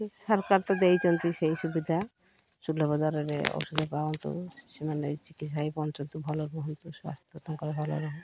ସରକାର ତ ଦେଇଚନ୍ତି ସେଇ ସୁବିଧା ସୁଲଭ ଦରରେ ଔଷଧ ପାଆନ୍ତୁ ସେମାନେ ଚିକିତ୍ସା ହେଇ ବଞ୍ଚନ୍ତୁ ଭଲ ରୁହନ୍ତୁ ସ୍ୱାସ୍ଥ୍ୟ ତାଙ୍କର ଭଲ ରୁହ